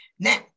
Now